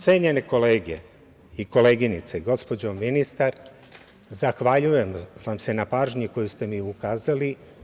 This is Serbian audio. Cenjene kolege i koleginice, gospođo ministar, zahvaljujem vam se na pažnji koju ste mi ukazali.